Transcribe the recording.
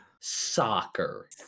soccer